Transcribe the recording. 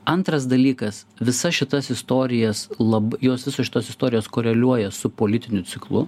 antras dalykas visas šitas istorijas lab jos visos šitos istorijos koreliuoja su politiniu ciklu